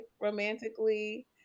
romantically